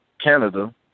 Canada